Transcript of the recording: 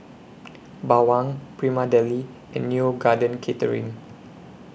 Bawang Prima Deli and Neo Garden Catering